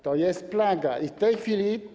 To jest plaga i w tej chwili.